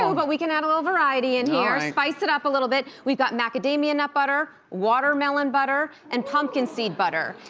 so but we can have a little variety in here, spice it up a little bit. we've got macadamia nut butter, watermelon butter, and pumpkin seed butter.